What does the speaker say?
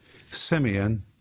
Simeon